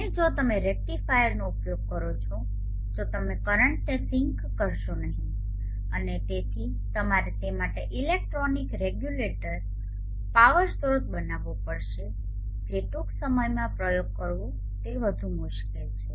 અને જો તમે રેક્ટિફાયરનો ઉપયોગ કરો છો તો તમે કરંટને સિંક કરી શકશો નહીં અને તેથી તમારે તે માટે ઇલેક્ટ્રોનિક રેગ્યુલેટેડ પાવર સ્રોત બનાવવો પડશે જે ટૂંક સમયમાં પ્રયોગ કરવો તે વધુ મુશ્કેલ છે